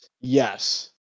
yes